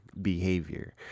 behavior